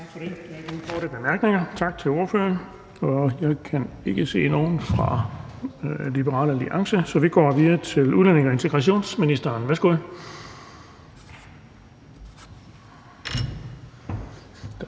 bemærkninger. Jeg kan ikke se nogen fra Liberal Alliance, så vi går videre til udlændinge- og integrationsministeren. Værsgo.